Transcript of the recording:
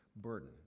burden